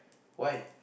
why